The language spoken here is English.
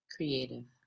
Creative